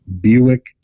Buick